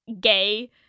gay